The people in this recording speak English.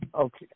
Okay